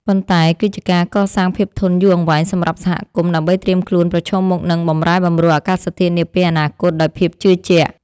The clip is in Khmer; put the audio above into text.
ប៉ុន្តែគឺជាការកសាងភាពធន់យូរអង្វែងសម្រាប់សហគមន៍ ដើម្បីត្រៀមខ្លួនប្រឈមមុខនឹងបម្រែបម្រួលអាកាសធាតុនាពេលអនាគតដោយភាពជឿជាក់។